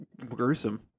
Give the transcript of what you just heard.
gruesome